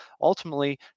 Ultimately